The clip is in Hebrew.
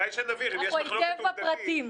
אולי שנבין אם יש מחלוקת עובדתית.